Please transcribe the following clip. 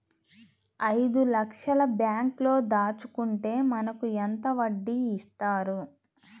ఐదు లక్షల బ్యాంక్లో దాచుకుంటే మనకు ఎంత వడ్డీ ఇస్తారు?